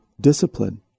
discipline